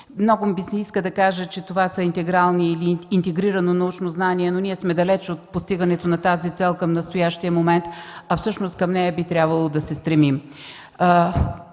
Много ми се иска да кажа, че това е интегрирано научно знание, но ние сме далеч от постигането на тази цел към настоящия момент, а всъщност към нея би трябвало да се стремим.